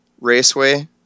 Raceway